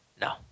No